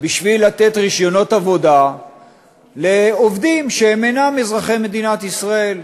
בשביל לתת רישיונות עבודה לעובדים שהם אינם אזרחי מדינת ישראל.